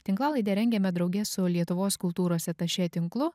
tinklalaidę rengiame drauge su lietuvos kultūros atašė tinklu